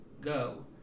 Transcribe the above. go